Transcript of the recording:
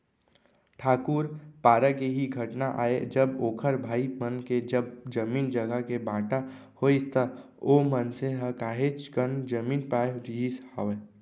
ठाकूर पारा के ही घटना आय जब ओखर भाई मन के जब जमीन जघा के बाँटा होइस त ओ मनसे ह काहेच कन जमीन पाय रहिस हावय